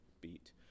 beat